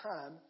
time